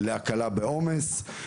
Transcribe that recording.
להקלה בעומס.